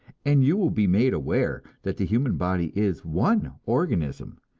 and you will be made aware that the human body is one organism,